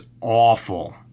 awful